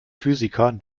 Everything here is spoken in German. physiker